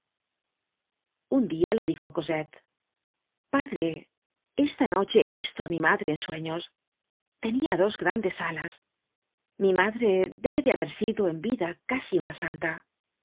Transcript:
un dia le dijo cosette padre esta noche he visto á mi madre en sueños tenia dos grandes alas mi madre debe de haber sido en vida casi una santa